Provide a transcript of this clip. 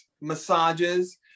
massages